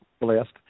Blessed